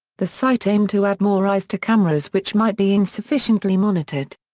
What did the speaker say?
the site aimed to add more eyes to cameras which might be insufficiently monitored.